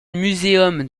museum